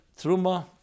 Truma